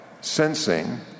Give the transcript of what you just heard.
Sensing